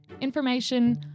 Information